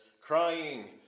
crying